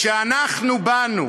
כשאנחנו באנו